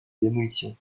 démolition